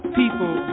people